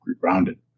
grounded